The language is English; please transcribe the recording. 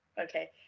Okay